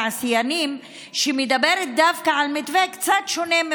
החינוך, אפשר להצביע.